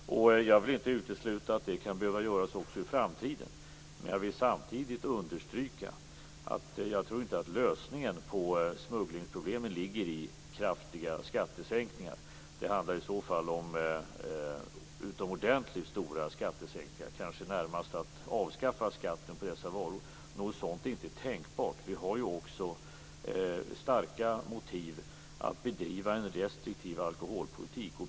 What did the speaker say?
Jag vill inte utesluta att vi kan behöva göra så i framtiden. Men jag vill samtidigt understryka att jag inte tror att lösningen på smugglingsproblemen ligger i kraftiga skattesänkningar. Det handlar i så fall om utomordentligt stora skattesänkningar, närmast att avskaffa skatten på dessa varor. Något sådant är inte tänkbart. Vi har starka motiv att bedriva en restriktiv alkoholpolitik.